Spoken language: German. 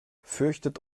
fürchtet